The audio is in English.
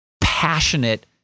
passionate